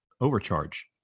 overcharge